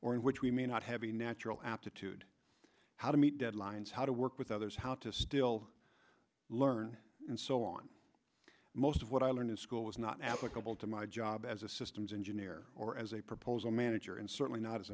or in which we may not have a natural aptitude how to meet deadlines how to work with others how to still learn and so on most of what i learn is school is not applicable to my job as a systems engineer or as a proposal manager and certainly not as